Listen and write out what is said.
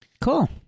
cool